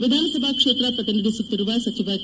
ವಿಧಾನಸಭಾ ಕ್ಷೇತ್ರ ಪ್ರತಿನಿಧಿಸುತ್ತಿರುವ ಸಚಿವ ಕೆ